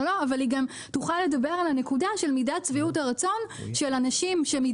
אם אנחנו מפנים את 90,000 התיקים האלה לכיוון של דיינים,